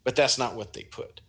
but that's not what they put